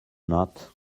not